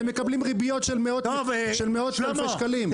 אתם מקבלים ריביות של מאות אלפי שקלים.